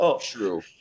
True